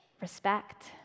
respect